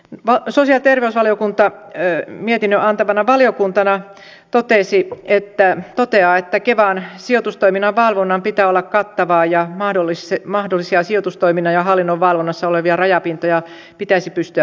sosiaali ja terveysvaliokunta mietinnön antavana valiokuntana toteaa että kevan sijoitustoiminnan valvonnan pitää olla kattavaa ja mahdollisia sijoitustoiminnan ja hallinnon valvonnassa olevia rajapintoja pitäisi pystyä vähentämään